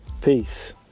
peace